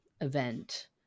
event